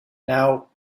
now